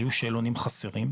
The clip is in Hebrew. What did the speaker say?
היו שאלונים חסרים,